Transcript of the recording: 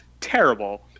terrible